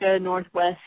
Northwest